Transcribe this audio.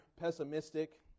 pessimistic